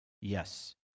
Yes